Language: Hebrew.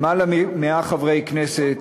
למעלה מ-100 חברי כנסת